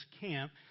camp